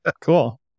Cool